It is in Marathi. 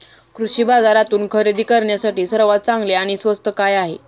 कृषी बाजारातून खरेदी करण्यासाठी सर्वात चांगले आणि स्वस्त काय आहे?